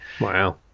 wow